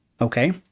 Okay